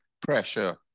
pressure